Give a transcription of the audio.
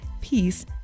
peace